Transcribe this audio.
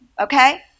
Okay